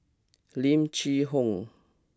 Lim Chee Onn